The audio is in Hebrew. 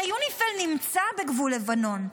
הרי יוניפי"ל נמצא בגבול לבנון.